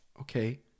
Okay